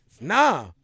nah